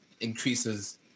increases